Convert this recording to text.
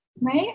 right